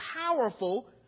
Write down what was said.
powerful